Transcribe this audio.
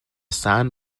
san